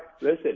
listen